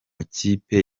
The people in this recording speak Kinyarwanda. kipe